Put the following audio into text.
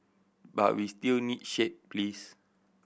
but we still need shade please